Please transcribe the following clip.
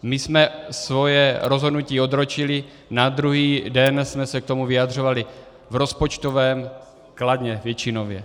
My jsme svoje rozhodnutí odročili, druhý den jsme se k tomu vyjadřovali v rozpočtovém kladně, většinově.